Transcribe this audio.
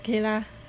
K lah